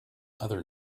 other